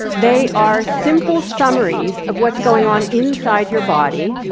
they are simple summaries of what's going on inside your body,